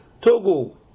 Togo